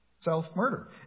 Self-murder